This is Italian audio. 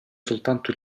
soltanto